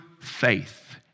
faith